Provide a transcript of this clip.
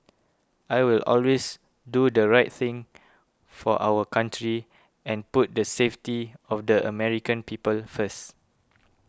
I will always do the right thing for our country and put the safety of the American people first